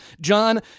John